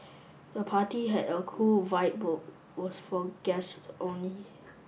the party had a cool vibe was for guests only